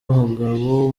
umugabo